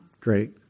great